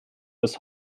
bis